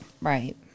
right